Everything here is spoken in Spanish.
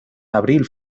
abril